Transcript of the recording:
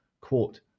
Quote